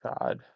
God